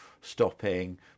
stopping